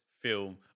film